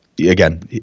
Again